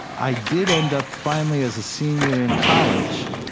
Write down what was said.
i did end up finally, as a senior in college,